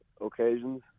occasions